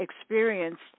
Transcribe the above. experienced